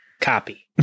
Copy